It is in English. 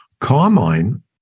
Carmine